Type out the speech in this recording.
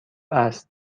است